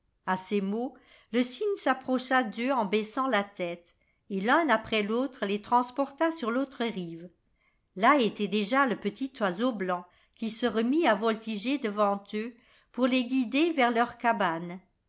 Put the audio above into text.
a ces mots le cygne s'approcha d'eux en baissant la tête et l'un après l'autre les transporta sur l'autre rive là était déjà le petit oiseau blanc qui se remit à voltiger devant eux pour les guider vers leur cabane